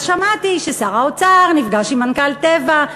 אז שמעתי ששר האוצר נפגש עם מנכ"ל "טבע",